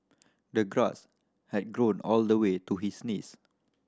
the grass had grown all the way to his knees